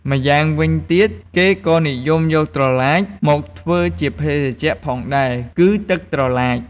ម្យ៉ាងវិញទៀត គេក៏និយមយកត្រឡាចមកធ្វើជាភេសជ្ជៈផងដែរ គឺទឹកត្រឡាច។